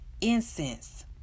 incense